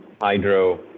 hydro